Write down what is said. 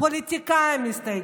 הפוליטיקאים מסתייגים.